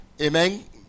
Amen